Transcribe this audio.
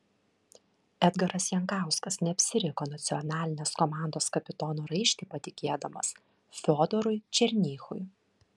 edgaras jankauskas neapsiriko nacionalinės komandos kapitono raištį patikėdamas fiodorui černychui